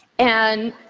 and